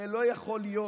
הרי לא יכול להיות,